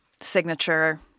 signature